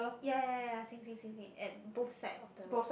ya ya ya same same same same at both side of the rock